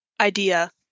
Idea